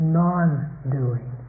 non-doing